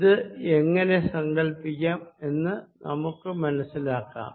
ഇത് എങ്ങിനെ സങ്കല്പിക്കാം എന്ന് നമുക്ക് മനസിലാക്കാം